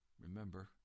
Remember